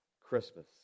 Christmas